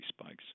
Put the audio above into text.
Spikes